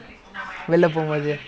oh ya ya